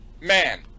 Man